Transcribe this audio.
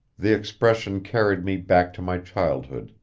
the expression carried me back to my childhood,